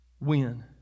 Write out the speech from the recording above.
win